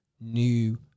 New